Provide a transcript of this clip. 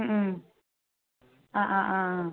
ഹ്മ് ഹ്മ് ആ ആ ആ ആ